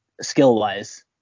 skill-wise